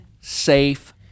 safe